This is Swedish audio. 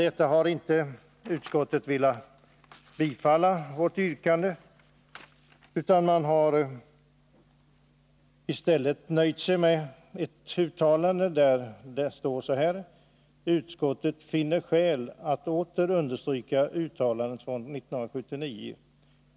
Detta vårt yrkande har utskottet inte velat tillstyrka utan har i stället nöjt sig med ett uttalande, där det står så här: ”Utskottet finner skäl att åter understryka uttalandet från 1979.